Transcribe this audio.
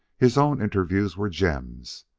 his own interviews were gems.